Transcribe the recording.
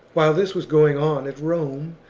while this was going on at rome,